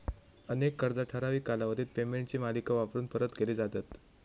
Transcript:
अनेक कर्जा ठराविक कालावधीत पेमेंटची मालिका वापरून परत केली जातत